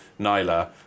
Nyla